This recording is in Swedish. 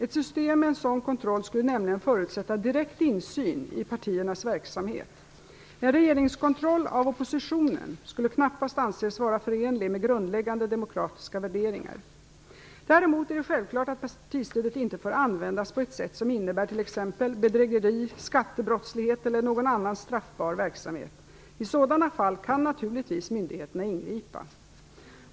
Ett system med en sådan kontroll skulle nämligen förutsätta direkt insyn i partiernas verksamhet. En regeringskontroll av oppositionen skulle knappast anses vara förenlig med grundläggande demokratiska värderingar. Däremot är det självklart att partistödet inte får användas på ett sätt som innebär t.ex. bedrägeri, skattebrottslighet eller någon annan straffbar verksamhet. I sådana fall kan naturligtvis myndigheterna ingripa.